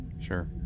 sure